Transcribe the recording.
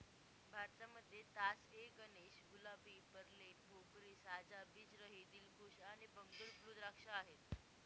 भारतामध्ये Tas A Ganesh, Gulabi, perlette, Bhokri, साजा, बीज रहित, दिलखुश आणि बंगलोर ब्लू द्राक्ष आहेत